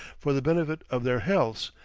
for the benefit of their healths,